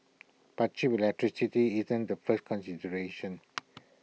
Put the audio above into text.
but cheap electricity isn't the first consideration